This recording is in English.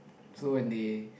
so when they